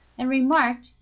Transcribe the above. and remarked,